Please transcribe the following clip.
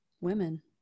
women